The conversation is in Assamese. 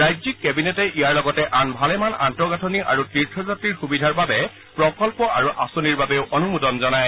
ৰাজ্যিক কেবিনেটে ইয়াৰ লগতে আন ভালেমান আন্তঃগাঁঠনি আৰু তীৰ্থযাত্ৰীৰ সুবিধাৰ বাবে প্ৰকল্প আৰু আঁচনিৰ বাবেও অনুমোদন জনায়